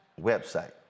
website